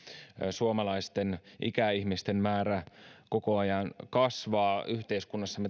suomalaisten ikäihmisten määrä koko ajan kasvaa yhteiskunnassamme